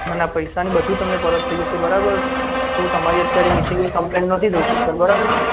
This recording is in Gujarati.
ના ના પૈસાને બધું તમને પરત થઇ જશે બરાબર હું તમારી અત્યારે મિસિંગની કમ્પ્લેઇન નોંધી દઉં છું સર બરાબર છે